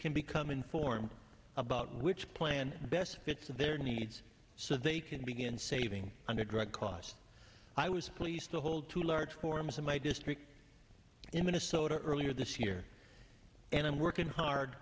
can become informed about which plan best fits their needs so they can begin saving undergrad cause i was pleased to hold two large forums in my district in minnesota earlier this year and i'm working hard